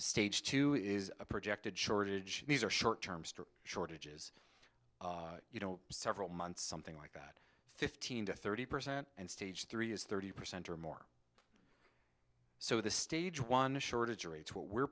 stage two is a projected shortage these are short term strict shortages you know several months something like that fifteen to thirty percent and stage three is thirty percent or more so the stage one is shortage rates what we're